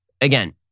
again